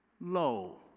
lo